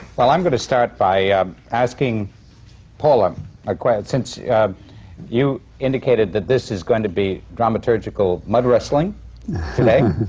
well, i'm going to start by asking paula a question. since you indicated that this is going to be dramaturgical mudwrestling today,